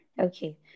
okay